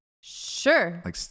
Sure